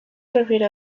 refiere